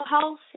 health